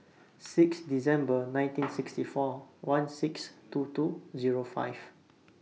six December nineteen sixty four one six two two Zero five